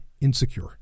insecure